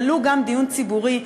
ולו גם דיון ציבורי,